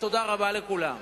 ותודה רבה לכולם.